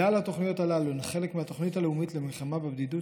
כלל התוכניות הללו הן חלק מהתוכנית הלאומית למלחמה בבדידות,